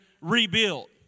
rebuilt